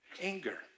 Anger